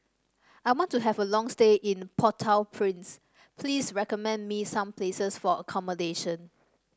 I want to have a long stay in Port Au Prince please recommend me some places for accommodation